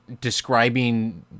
describing